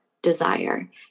Desire